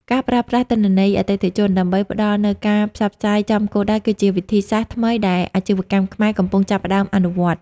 ការប្រើប្រាស់ទិន្នន័យអតិថិជន ដើម្បីផ្ដល់នូវការផ្សព្វផ្សាយចំគោលដៅ គឺជាវិធីសាស្ត្រថ្មីដែលអាជីវកម្មខ្មែរកំពុងចាប់ផ្ដើមអនុវត្ត។